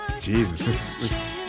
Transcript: Jesus